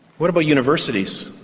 what about universities?